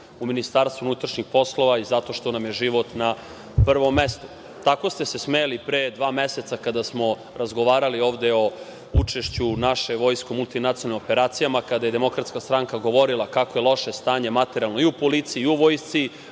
u Ministarstvu unutrašnjih poslova i zato što nam je život na prvom mestu. Tako ste se smejali pre dva meseca kada smo razgovarali ovde o učešću naše vojske u multinacionalnim operacijama, kada je DS govorila kako je loše stanje materijalno i u policiji u vojsci,